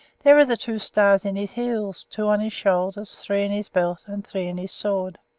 there are the two stars in his heels, two on his shoulders, three in his belt, and three in his sword.